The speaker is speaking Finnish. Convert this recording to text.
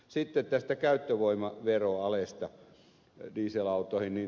sitten tästä käyttövoimaveroalesta dieselautoihin